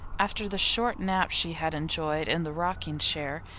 after the short nap she had enjoyed in the rocking chair.